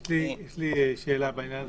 יש לי שאלה בעניין הזה,